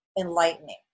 enlightening